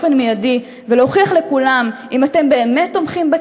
מכתב מפורט שכולל את כל השינויים שאתם יכולים להעביר כבר היום